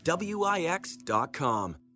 Wix.com